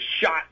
shot